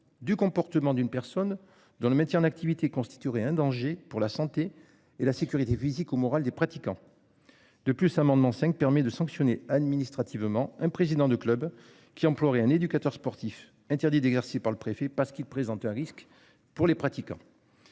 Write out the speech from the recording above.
du comportement d'une personne dans le métier en activité constituerait un danger pour la santé et la sécurité physique ou morale des pratiquants. De plus, amendement cinq permet de sanctionner administrativement, un président de club qui emploie un éducateur sportif, interdit d'exercer par le préfet, parce qu'ils présente un risque pour les pratiquants.